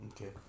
Okay